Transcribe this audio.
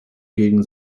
gegen